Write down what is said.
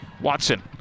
Watson